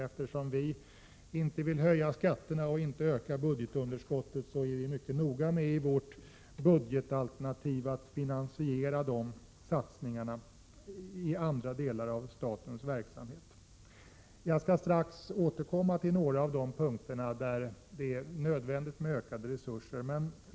Eftersom vi inte vill höja skatterna eller öka budgetunderskottet är vi mycket noga med att i vårt budgetalternativ finansiera våra satsningar på annat sätt. Jag skall strax återkomma till några av de punkter där det är nödvändigt med ökade resurser till högskolan.